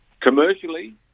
Commercially